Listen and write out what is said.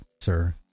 sir